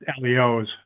LEOs